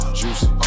juicy